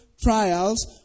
trials